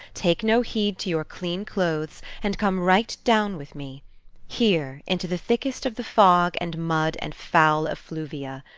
take no heed to your clean clothes, and come right down with me here, into the thickest of the fog and mud and foul effluvia.